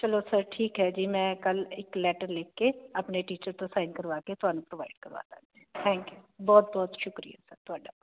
ਚਲੋ ਸਰ ਠੀਕ ਹ ਜੀ ਮੈਂ ਕੱਲ ਇੱਕ ਲੈਟਰ ਲਿਖ ਕੇ ਆਪਣੇ ਟੀਚਰ ਤੋਂ ਸਾਈਨ ਕਰਵਾ ਕੇ ਤੁਹਾਨੂੰ ਪ੍ਰੋਵਾਈਡ ਕਰਵਾ ਦਾਗੀ ਥੈਂਕਯੂ ਬਹੁਤ ਬਹੁਤ ਸ਼ੁਕਰੀਆ ਸਰ ਤੁਹਾਡਾ